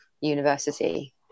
university